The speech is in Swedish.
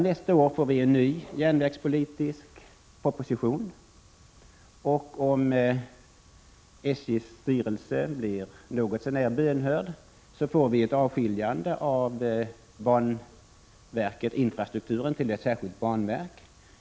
Nästa år får vi en ny järnvägspolitisk proposition, och om SJ:s styrelse blir något så när bönhörd avskiljs den del av företaget som arbetar med infrastrukturen till ett särskilt banverk.